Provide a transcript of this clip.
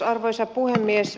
arvoisa puhemies